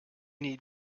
need